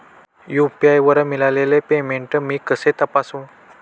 UPI वर मिळालेले payment मी कसे तपासू?